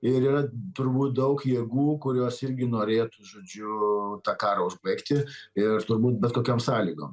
ir yra turbūt daug jėgų kurios irgi norėtų žodžiu tą karą užbaigti ir turbūt bet kokiom sąlygom